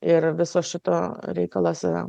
ir viso šito reikalas yra